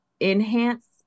enhance